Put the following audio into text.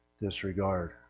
disregard